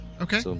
Okay